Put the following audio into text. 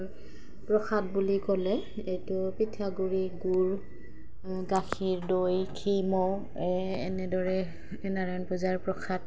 প্ৰসাদ বুলি ক'লে এইটো পিঠাগুড়ি গুড় গাখীৰ দৈ ঘি মৌ এনেদৰে এই নাৰায়ণ পূজাৰ প্ৰসাদ